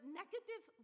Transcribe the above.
negative